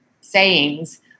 sayings